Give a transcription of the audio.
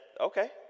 okay